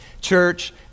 church